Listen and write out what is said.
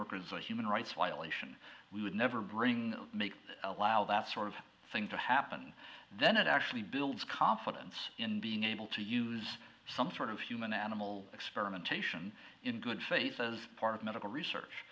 work as a human rights violation we would never bring make allow that sort of thing to happen and then it actually builds confidence in being able to use some sort of human animal experimentation in good faith as part of medical research